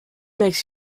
makes